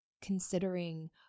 considering